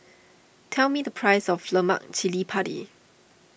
tell me the price of Lemak Cili Padi